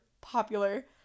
popular